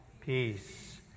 Peace